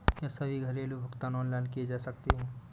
क्या सभी घरेलू भुगतान ऑनलाइन किए जा सकते हैं?